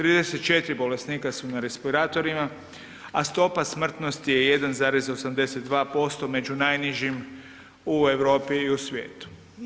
34 bolesnika su na respiratorima, a stopa smrtnosti je 1,82%, među najnižim u Europi i u svijetu.